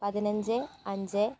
പതിനഞ്ച് അഞ്ച്